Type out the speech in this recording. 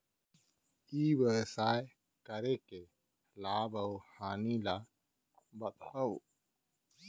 ई व्यवसाय करे के लाभ अऊ हानि ला बतावव?